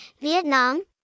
vietnam